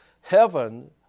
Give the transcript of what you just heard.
heaven